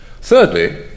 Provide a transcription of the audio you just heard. Thirdly